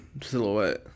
silhouette